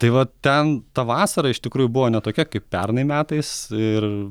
tai va ten ta vasara iš tikrųjų buvo ne tokia kaip pernai metais ir